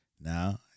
now